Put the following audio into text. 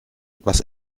was